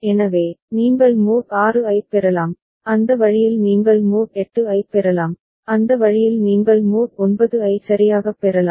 எனவே நீங்கள் மோட் 6 ஐப் பெறலாம் அந்த வழியில் நீங்கள் மோட் 8 ஐப் பெறலாம் அந்த வழியில் நீங்கள் மோட் 9 ஐ சரியாகப் பெறலாம்